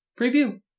preview